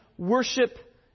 Worship